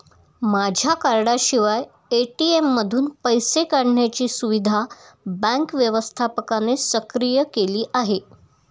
माझ्या कार्डाशिवाय ए.टी.एम मधून पैसे काढण्याची सुविधा बँक व्यवस्थापकाने सक्रिय केली आहे